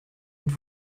und